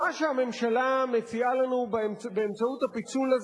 מה שהממשלה מציעה לנו באמצעות הפיצול הזה